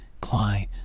Cly